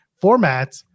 format